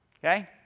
Okay